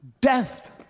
death